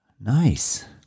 Nice